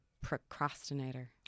procrastinator